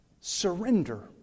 surrender